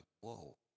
whoa